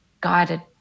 guided